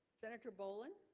senator boland